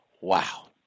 Wow